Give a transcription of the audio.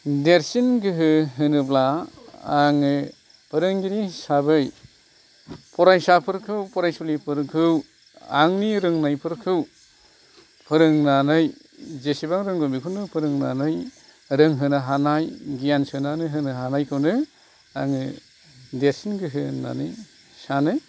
देरसिन गोहो होनोब्ला आङो फोरोंगिरि हिसाबै फरायसाफोरखौ फरायसुलिफोरखौ आंनि रोंनायफोरखौ फोरोंनानै जेसेबां रोंगौ बेखौनो फोरोंनानै रोंहोनो हानाय गियान सोनानै होनो हानाय खौनो आङो देरसिन गोहो होननानै सानो